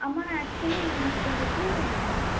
அம்மா ஆக்சுவலி எங்களுக்கு கொஞ்சம் பூ வேணும்